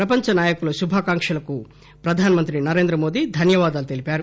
ప్రపంచ నాయకుల శుభాకాంక్షలకు ప్రధానమంత్రి నరేంద్రమోదీ ధన్యవాదాలు తెలిపారు